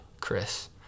Chris